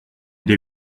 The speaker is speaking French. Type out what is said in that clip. des